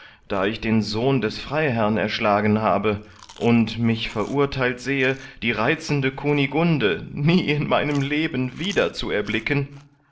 da ich den sohn des freiherrn erschlagen habe und mich verurtheilt sehe die reizende kunigunde nie in meinem leben wieder zu erblicken